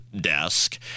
desk